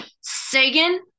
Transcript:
sagan